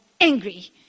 angry